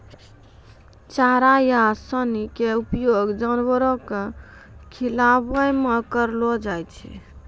चारा या सानी के उपयोग जानवरों कॅ खिलाय मॅ करलो जाय छै